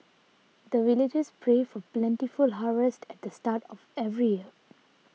the villagers pray for plentiful harvest at the start of every year